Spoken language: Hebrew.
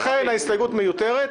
לכן, ההסתייגות מיותרת.